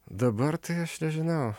dabar tai aš nežinau